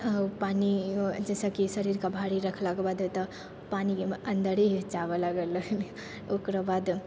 पानि जइसे कि शरीरके भारी रखलाके बाद एक टा पानि अन्दरे जाबऽ लागलइ ओकरोबाद